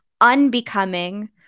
unbecoming